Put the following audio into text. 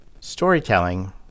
Storytelling